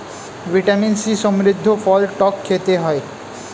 vitamin C সমৃদ্ধ ফল টক খেতে হয়